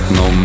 no